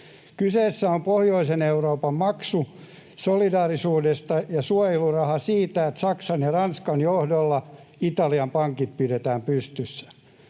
Kyseessä on pohjoisen Euroopan maksu solidaarisuudesta ja suojeluraha siitä, että Saksan ja Ranskan johdolla Italian pankit pidetään pystyssä.